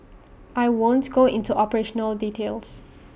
I won't go into operational details